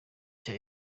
cya